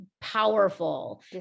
powerful